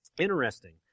Interesting